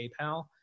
PayPal